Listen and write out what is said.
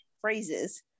phrases